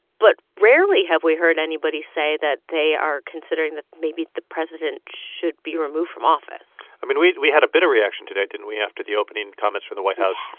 but rarely have we heard anybody say that they are considering that maybe the president should be removed from office i mean, we we had a bit of reaction today didn't we? after the opening comments from the white house.